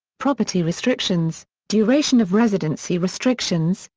property restrictions, duration of residency restrictions,